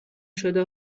شده